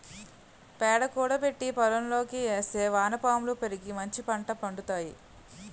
పేడ కూడబెట్టి పోలంకి ఏస్తే వానపాములు పెరిగి మంచిపంట పండుతాయి